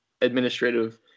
administrative